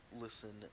listen